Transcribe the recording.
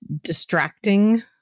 distracting